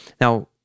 now